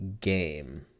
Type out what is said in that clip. game